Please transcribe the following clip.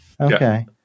okay